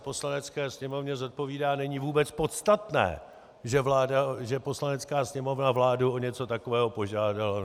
Poslanecké sněmovně zodpovídá, není vůbec podstatné, že Poslanecká sněmovna vládu o něco takového požádala.